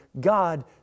God